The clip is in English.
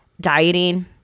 dieting